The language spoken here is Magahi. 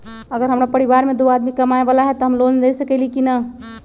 अगर हमरा परिवार में दो आदमी कमाये वाला है त हम लोन ले सकेली की न?